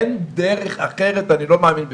אין דרך אחרת, אני לא מאמין בזה.